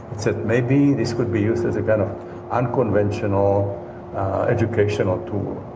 it said maybe this could be used as a kind of unconventional educational tool.